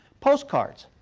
postcards,